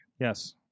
Yes